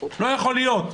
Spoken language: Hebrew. לא יכול להיות,